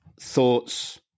thoughts